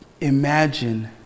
imagine